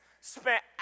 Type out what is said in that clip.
spent